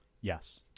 Yes